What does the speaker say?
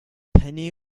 penny